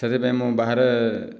ସେଥିପାଇଁ ମୁଁ ବାହାରେ